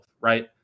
right